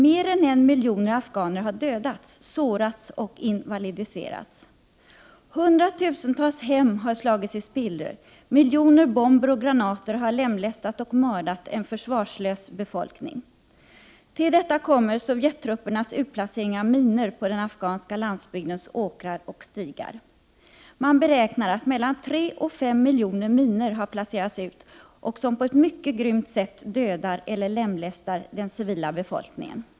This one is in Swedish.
Mer än 1 miljon afghaner har dödats, sårats eller invalidiserats. Hundratusentals hem har slagits i spillror, miljoner bomber och granater har lemlästat och mördat en försvarslös befolkning. Till detta kommer Sovjettruppernas utplacering av minor på den afghanska landsbygdens åkrar och stigar. Man beräknar att mellan 3 och 5 miljoner minor har placerats ut, som på ett mycket grymt sätt dödar eller lemlästar den civila befolkningen.